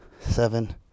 seven